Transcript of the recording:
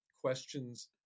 questions